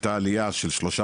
הייתה עלייה של 13%,